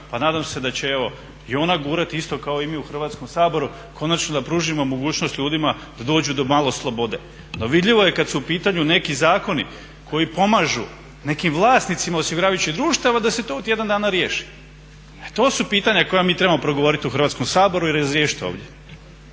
pa nadam se da će i ona gurati isto kao i mi u Hrvatskom saboru konačno da pružimo mogućnost ljudima da dođu do malo slobode. No vidljivo je kad su u pitanju neki zakoni koji pomažu nekim vlasnicima osiguravajućih društava da se to u tjedan dana riješi. To su pitanja koja mi trebamo progovorit u Hrvatskom saboru i razriješit ovdje.